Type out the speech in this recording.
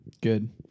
Good